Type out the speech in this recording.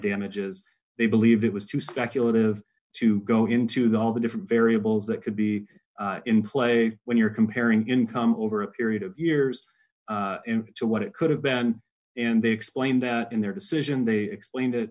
damages they believed it was too speculative to go into all the different variables that could be in play when you're comparing income over a period of years to what it could have been and they explained that in their decision they explained it